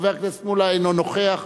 חבר הכנסת מולה, אינו נוכח.